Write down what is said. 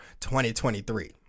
2023